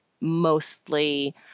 mostly